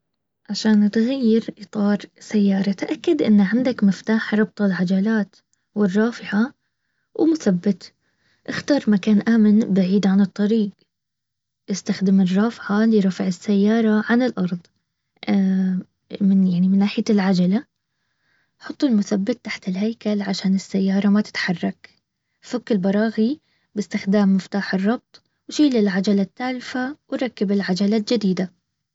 عشان تغير اطار سيارات اتاكد ان عندك مفتاح ربط العجلات والرافعه ومثبت اختار مكتن امن بعيد عن الكريق استخدم الرافعه لرفع السياره عن الارض من يعني من ناحيه العجله حكوالمثبيت مو تحت الهيكل عشان السياره ماتتحرك فك البراغي باستخدام مفتاح الربك شيل العجله وركب العجله الجديده